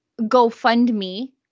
GoFundMe